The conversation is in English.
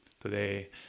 today